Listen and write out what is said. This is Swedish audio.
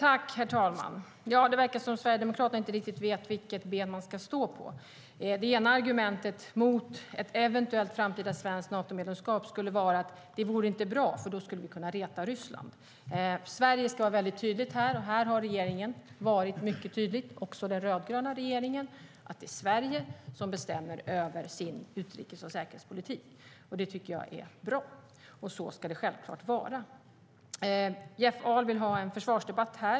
Herr talman! Det verkar som om Sverigedemokraterna inte riktigt vet vilket ben de ska stå på. Ett argument mot ett eventuellt framtida svenskt Natomedlemskap är att det inte vore bra, för då skulle vi kunna reta Ryssland. Sverige ska vara väldigt tydligt i denna fråga, och regeringen, också den rödgröna regeringen, har varit mycket tydlig med att det är Sverige som bestämmer över sin utrikes och säkerhetspolitik. Det tycker jag är bra, och så ska det självklart vara. Jeff Ahl vill ha en försvarsdebatt här.